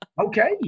okay